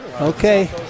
Okay